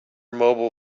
mobile